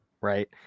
right